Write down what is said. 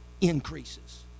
increases